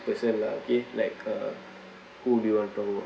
person lah K like uh who we want to talk about